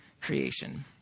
creation